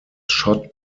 shot